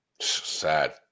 Sad